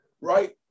right